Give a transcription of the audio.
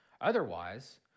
Otherwise